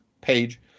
page